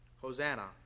Hosanna